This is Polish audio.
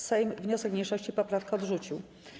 Sejm wniosek mniejszości i poprawkę odrzucił.